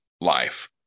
life